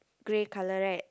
grey color right